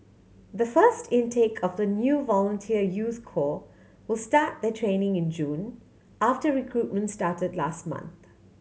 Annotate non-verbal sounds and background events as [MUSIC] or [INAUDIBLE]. the first intake of the new volunteer youth [UNINTELLIGIBLE] will start their training in June after recruitment started last month